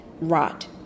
rot